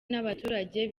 n’abaturage